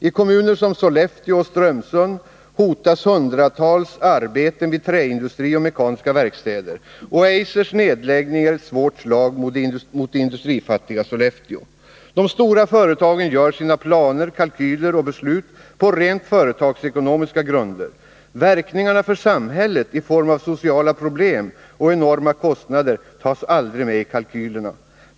I kommuner som Sollefteå och Strömsund hotas hundratals arbeten vid trähusindustri och mekaniska verkstäder. Eisers nedläggning är ett svårt slag mot det industrifattiga Sollefteå. De stora företagen bygger sina planer, kalkyler och beslut på rent företagsekonomiska grunder. Verkningarna för samhället i form av sociala problem och enorma kostnader tas aldrig med i kalkylerna.